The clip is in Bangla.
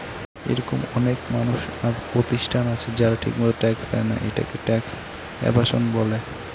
এরকম অনেক মানুষ আর প্রতিষ্ঠান আছে যারা ঠিকমত ট্যাক্স দেয়না, এটাকে ট্যাক্স এভাসন বলে